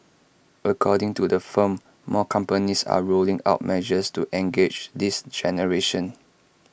according to the firm more companies are rolling out measures to engage this generation